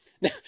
now